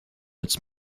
its